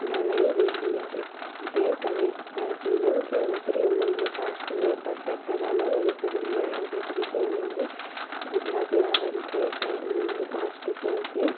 ॻाल्हाई वेंदी आहे जंहिं करे असांए सिंधियुनि खे होतिरी हुननि जी कास्ट में परफैक्ट जॻहि न मिली सघंदी आहे जेतिरी की हुननि जी गुजराती वारनि खे ऐं उन्हनि जी कास्ट खे हुते